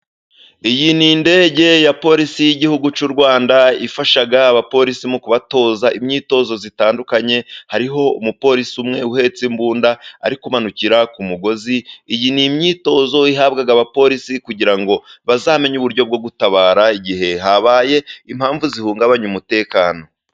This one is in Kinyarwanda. Iyi ni indege ya polisi y'igihugu cy'u Rwanda. Ifasha abapolisi mu kubatoza imyitozo itandukanye. Hariho umupolisi umwe uhetse imbunda, ari kumanukira ku mugozi. Iyi ni imyitozo ihabwa abapolisi kugira ngo bazamenye uburyo bwo gutabara, igihe habaye impamvu zihungabanya umutekano.